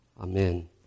Amen